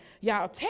y'all